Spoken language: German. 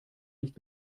nicht